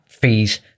fees